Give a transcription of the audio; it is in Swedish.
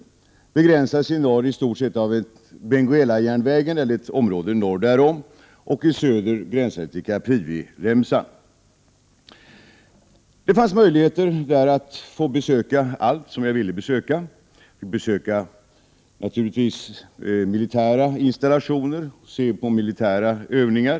Det begränsas i norr i stort sett av Benguelajärnvägen eller ett område norr därom och i söder gränsar det till Capriviremsan. Jag fick möjligheter att besöka allt som jag ville besöka. Jag fick naturligtvis tillfälle att besöka militära installationer och se på militära övningar.